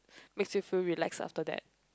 makes you feel relax after that